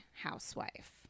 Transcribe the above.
housewife